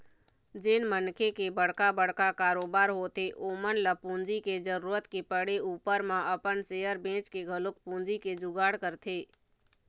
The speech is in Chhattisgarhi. जेन मनखे के बड़का बड़का कारोबार होथे ओमन ल पूंजी के जरुरत के पड़े ऊपर म अपन सेयर बेंचके घलोक पूंजी के जुगाड़ करथे